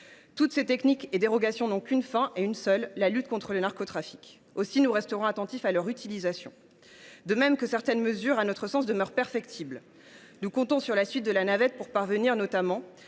Toutes ces techniques et dérogations n’ont qu’une seule fin : la lutte contre le narcotrafic. Aussi resterons nous attentifs à leur utilisation. De même, certaines mesures, à notre sens, demeurent perfectibles. Nous comptons sur la suite de la navette pour parvenir, notamment,